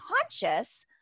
conscious